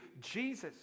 Jesus